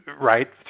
right